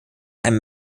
einem